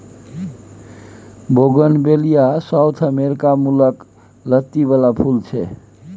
bougainvillea South America मुलक लत्ती बला फुल छै